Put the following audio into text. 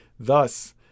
Thus